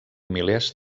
milers